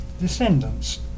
descendants